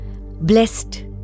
Blessed